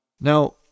Now